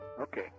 Okay